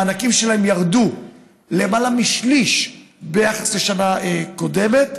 המענקים שלהם ירדו למעלה משליש ביחס לשנה קודמת.